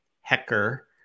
hecker